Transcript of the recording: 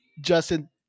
Justin